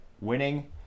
winning